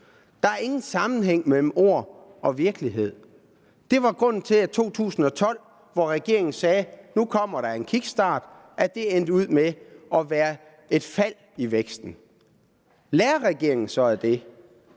Der er ingen sammenhæng mellem ord og virkelighed. Det var grunden til, at 2012, hvor regeringen sagde, at nu kommer der en kickstart, endte med at give et fald i væksten. Lærer regeringen så af det?